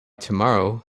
tomorrow